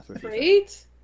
Great